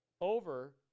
over